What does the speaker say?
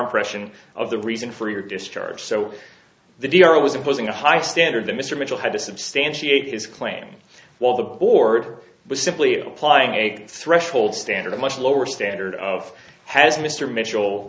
impression of the reason for your discharge so the d r it was opposing a high standard that mr mitchell had to substantiate his claim while the board was simply applying a threshold standard a much lower standard of has mr mitchel